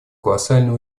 колоссальные